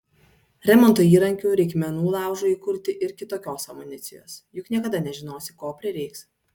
remonto įrankių reikmenų laužui įkurti ir kitokios amunicijos juk niekada nežinosi ko prireiks